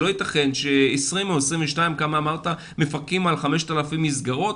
שלא ייתכן ש-22 מפקחים יהיו על 5,000 מסגרות,